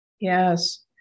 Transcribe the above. Yes